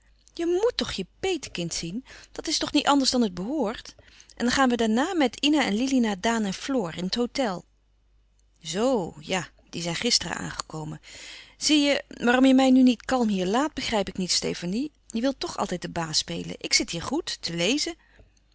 je moet toch je petekind zien dat is toch niet anders dan het behoort en dan gaan we daarna met ina en lili naar daan en floor in het hôtel zoo ja die zijn gisteren aangekomen zie je waarom je mij nu niet kalm hier laat begrijp ik niet stefanie je wilt toch altijd de baas spelen ik zit hier goed te lezen